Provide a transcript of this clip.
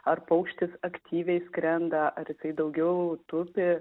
ar paukštis aktyviai skrenda ar jisai daugiau tupi